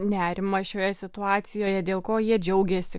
nerimą šioje situacijoje dėl ko jie džiaugėsi